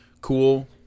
cool